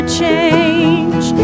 change